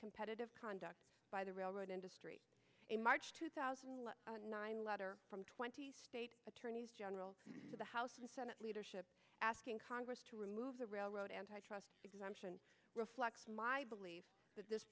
competitive conduct by the railroad industry in march two thousand and nine letter from twenty state attorneys general to the house and senate leadership asking congress to remove the railroad antitrust exemption reflects my belief that this